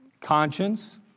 conscience